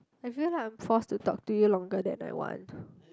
I feel like I'm forced to talk to you longer than I want to